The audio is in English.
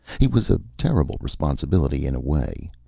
he was a terrible responsibility, in a way.